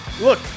look